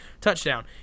touchdown